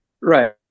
right